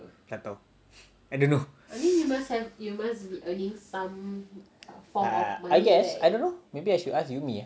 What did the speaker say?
tak tahu I don't know I guess I don't know maybe I should ask yulli ah